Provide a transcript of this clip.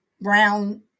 brown